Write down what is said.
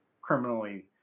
criminally